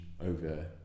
over